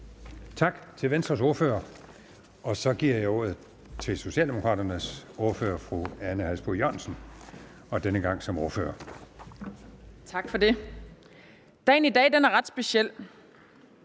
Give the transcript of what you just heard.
Tak til Venstres ordfører. Så giver jeg ordet til socialdemokraternes ordfører, fru Ane Halsboe-Jørgensen, og denne gang er det som ordfører. Kl.